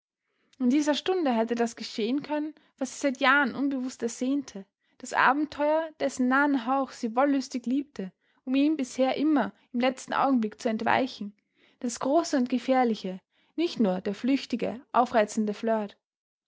in dieser stunde hätte das geschehen können was sie seit jahren unbewußt ersehnte das abenteuer dessen nahen hauch sie wollüstig liebte um ihm bisher immer im letzten augenblick zu entweichen das große und gefährliche nicht nur der flüchtige aufreizende